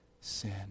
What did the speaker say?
sin